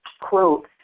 quote